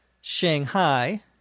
Shanghai